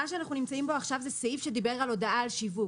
מה שאנחנו נמצאים בו עכשיו זה סעיף שדיבר על הודעה על שיווק.